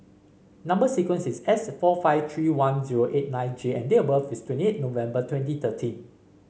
number sequence is S four five three one zero eight nine J and date of birth is twenty eight November twenty thirteen